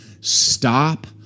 stop